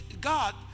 God